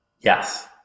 Yes